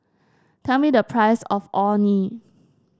tell me the price of Orh Nee